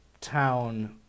town